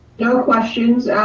no questions,